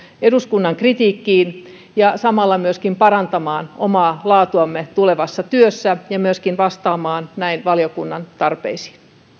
eduskunnan kritiikkiin ja samalla myöskin parantamaan omaa laatuamme tulevassa työssä ja myöskin vastaamaan näin valiokunnan tarpeisiin